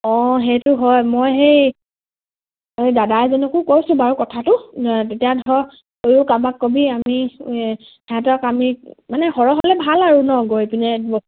অঁ সেইটো হয় মই সেই এই দাদা এজনকো কৈছোঁ বাৰু কথাটো তেতিয়া ধৰক তয়ো কাৰোবাক কবি আমি সিহঁতক আমি মানে সৰহ হ'লে ভাল আৰু ন গৈ পিনে